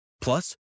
Plus